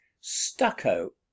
stucco